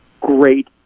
great